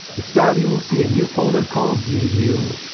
this time you will see a new folder called ddu,